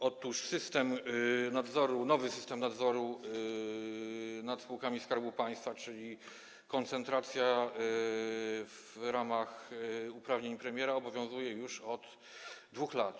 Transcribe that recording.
Otóż system nadzoru, nowy system nadzoru nad spółkami Skarbu Państwa, czyli koncentracja w ramach uprawnień premiera obowiązuje już od 2 lat.